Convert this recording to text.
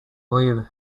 leave